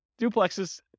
duplexes